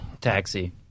Taxi